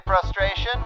frustration